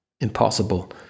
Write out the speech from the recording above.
Impossible